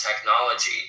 technology